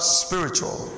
spiritual